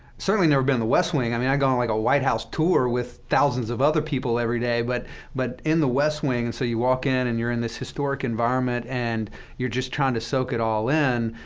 certainly never been in the west wing. i mean, i'd gone on like a white house tour with thousands of other people every day, but but in the west wing. and so you walk in, and you're in this historic environment, and you're just trying to soak it all in.